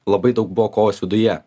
labai daug buvo kovos viduje